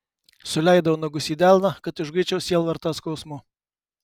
suleidau nagus į delną kad išguičiau sielvartą skausmu